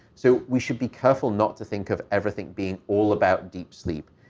so we should be careful not to think of everything being all about deep sleep.